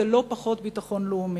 זה לא פחות ביטחון לאומי.